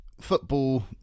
football